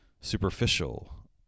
superficial